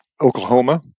Oklahoma